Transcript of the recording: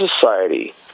society